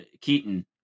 keaton